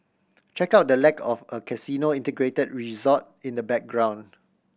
check out the lack of a casino integrated resort in the background